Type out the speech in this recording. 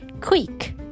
Quick